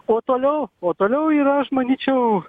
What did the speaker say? o toliau o toliau yra aš manyčiau